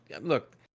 look